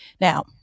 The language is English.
now